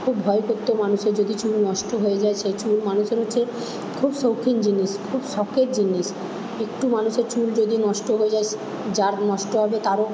খুব ভয় করতো মানুষের যদি চুল নষ্ট হয়ে যায় সেই চুল মানুষের হচ্ছে খুব শৌখিন জিনিস খুব শকের জিনিস একটু মানুষের চুল যদি নষ্ট হয়ে যায় যার নষ্ট হবে তারও